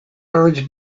birds